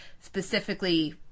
specifically